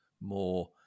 more